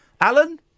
Alan